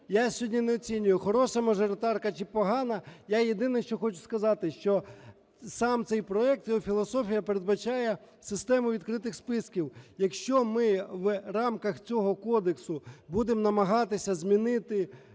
Я сьогодні не оцінюю, хороша мажоритарна чи погана. Я єдине, що хочу сказати, що сам цей проект, його філософія передбачає систему відкритих списків. Якщо ми в рамках цього кодексу будемо намагатися змінити